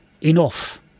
enough